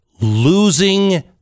losing